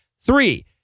Three